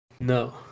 No